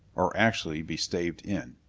or actually be staved in.